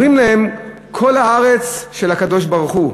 אומרים להם: כל הארץ של הקדוש-ברוך-הוא.